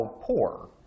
poor